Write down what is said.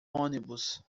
ônibus